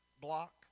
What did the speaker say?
block